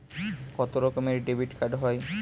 কত রকমের ডেবিটকার্ড হয়?